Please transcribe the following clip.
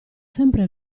sempre